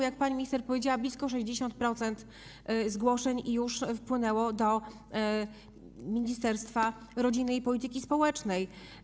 Jak pani minister powiedziała, blisko 60% zgłoszeń już wpłynęło do Ministerstwa Rodziny i Polityki Społecznej.